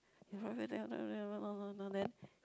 then